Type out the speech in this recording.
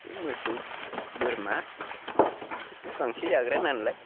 बे मोसौ बोरमा बिसोरथ' गांसो जाग्रानालाय